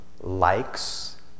likes